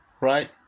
Right